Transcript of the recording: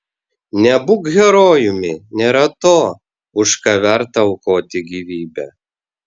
nebūk herojumi nėra to už ką verta aukoti gyvybę